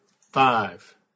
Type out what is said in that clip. five